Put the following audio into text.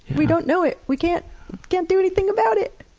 we don't know it we can't can't do anything about it.